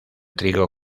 trigo